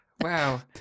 Wow